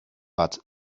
but